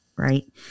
Right